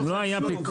אם לא היה פיקוח,